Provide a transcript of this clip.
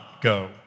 go